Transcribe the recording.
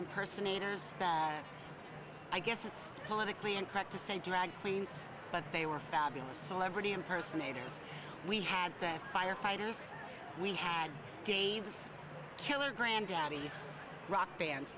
impersonators that i guess it's politically incorrect to say drag queens but they were fabulous celebrity impersonators we had thank firefighters we had games killer granddaddy's rock bands